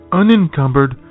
unencumbered